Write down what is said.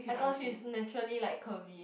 I thought she's naturally like curvy